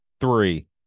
Three